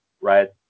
right